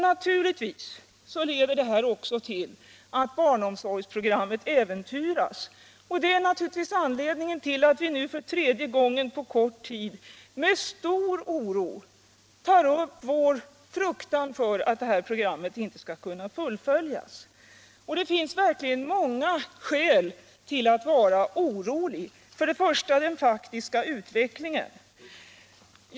Naturligtvis leder detta även till att barnomsorgsprogrammet äventyras. Det är också anledningen till att vi för tredje gången på kort tid med stor oro ger uttryck åt vår fruktan för att det här programmet inte skall kunna fullföljas. Det finns verkligen många skäl att vara orolig. Först och främst är det den faktiska utvecklingen.